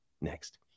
next